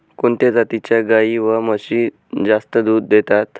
कोणत्या जातीच्या गाई व म्हशी जास्त दूध देतात?